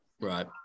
Right